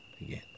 again